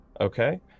Okay